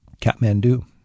Kathmandu